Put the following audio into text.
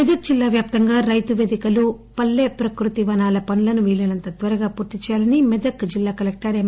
మెదక్ జిల్లా వ్యాప్తంగా రైతుపేదికలు పల్లె ప్రకృతి వనాల పనులను వీలైనంత త్వరగా పూర్తి చేయాలని మెదక్ జిల్లా కలెక్టర్ యం